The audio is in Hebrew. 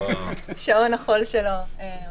בשעון החול שלא עוצר.